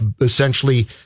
essentially